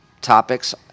topics